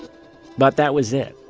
but that was it.